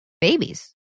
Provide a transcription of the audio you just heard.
Babies